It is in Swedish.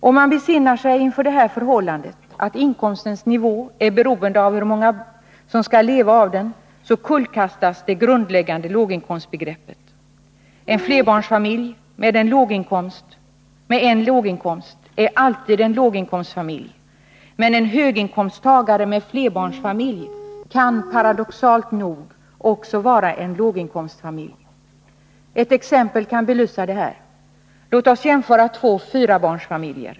Om man besinnar det här förhållandet att inkomstens nivå är beroende av hur många som skall leva av den, så kullkastas det grundläggande låginkomstbegreppet. En flerbarnsfamilj med en låg inkomst är alltid en låginkomstfamilj, men en flerbarnsfamilj med en höginkomsttagare kan, paradoxalt nog, också vara en låginkomstfamilj. Ett exempel kan belysa detta. Låt oss jämföra två fyrabarnsfamiljer.